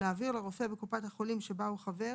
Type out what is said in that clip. להעביר לרופא בקופת החולים שבה הוא חבר,